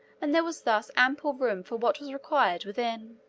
and there was thus ample room for what was required within.